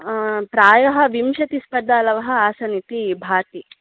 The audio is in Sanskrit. प्रायः विंशतिस्पर्धालवः आसन् इति भाति